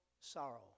sorrow